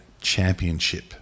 championship